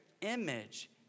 image